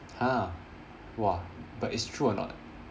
!huh! !wah! but it's true or not